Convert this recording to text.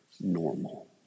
normal